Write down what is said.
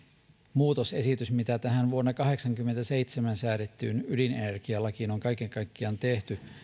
muutosesitys mitä tähän vuonna kahdeksankymmentäseitsemän säädettyyn ydinenergialakiin on kaiken kaikkiaan tehty